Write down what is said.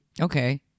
Okay